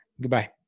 Goodbye